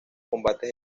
combates